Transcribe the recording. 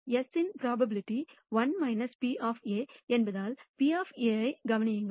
S இன் probability 1 P என்பதால் P ஐக் கவனியுங்கள்